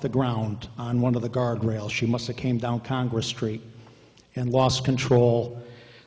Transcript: the ground on one of the guardrail she must of came down congress street and lost control